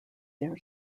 their